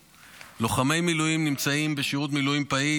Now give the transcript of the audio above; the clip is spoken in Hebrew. לוחמי מילואים שנמצאים בשירות מילואים פעיל